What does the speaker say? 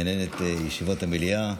לנהל את ישיבות המליאה.